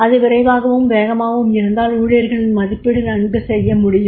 அது விரைவாகவும் வேகமாகவும் இருந்தால் ஊழியர்களின் மதிப்பீடு நன்கு செய்ய முடியும்